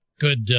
Good